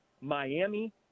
Miami